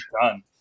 done